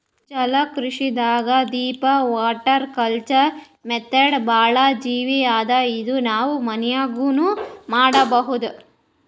ಜಲಕೃಷಿದಾಗ್ deep water culture method ಭಾಳ್ easy ಅದಾ ಇದು ನಾವ್ ಮನ್ಯಾಗ್ನೂ ಮಾಡಬಹುದ್